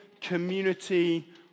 community